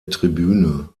tribüne